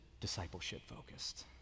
discipleship-focused